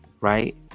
right